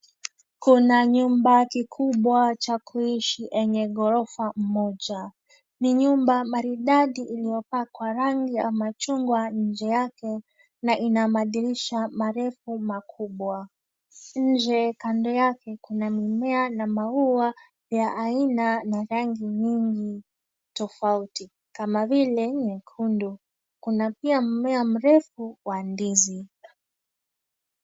Kuna nyumba kikubwa cha kuishi yenye ghorofa moja. Ni nyumba maridadi iliyopakwa rangi ya machungwa nje yake na ina madirisha marefu makubwa. Nje, kando yake, kuna mimea na maua ya aina na rangi nyingi tofauti kama vile; nyekundu. Kuna pia mmea mrefu wa ndizi.